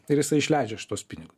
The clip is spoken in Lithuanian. ir jisai išleidžia šituos pinigus